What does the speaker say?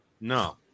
No